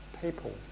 people